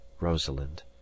Rosalind